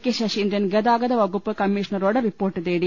K Saseendran ഗതാഗത വകുപ്പ് കമ്മീഷണറോട് റിപ്പോർട്ട് തേടി